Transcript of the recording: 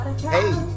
Hey